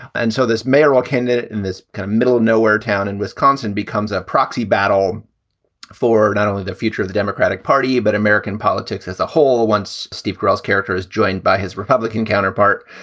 and so this mayoral candidate in this kind of middle of nowhere town in wisconsin becomes a proxy battle for not only the future of the democratic party, but american politics as a whole. once steve girl's character is joined by his republican counterpart,